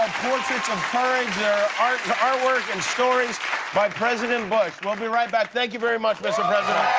portraits of courage there's artwork and stories by president bush. we'll be right back. thank you very much, mr. president.